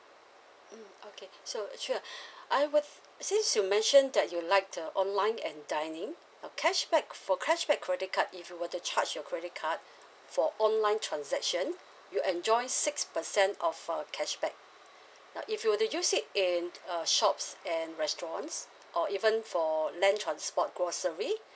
mm okay so sure I would since you mentioned that you like the online and dining now cashback for cashback credit card if you were to charge your credit card for online transaction you enjoy six percent off for cashback now if you were to use it in uh shops and restaurants or even for land transport grocery